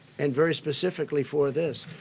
and very specifically for this.